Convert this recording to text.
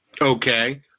Okay